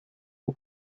who